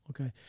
okay